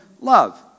love